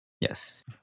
Yes